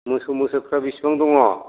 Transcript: मोसौ मैसोफ्रा बिसिबां दङ